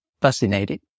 fascinated